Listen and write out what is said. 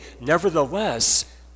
Nevertheless